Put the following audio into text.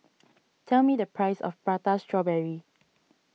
tell me the price of Prata Strawberry